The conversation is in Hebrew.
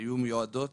היו מיועדות